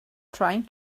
trying